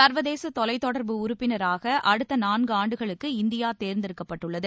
சா்வதேச தொலைத்தொடர்பு உறுப்பினராக இந்தியா நான்கு ஆண்டுகளுக்கு அடுத்த தேர்ந்தெடுக்கப்பட்டுள்ளது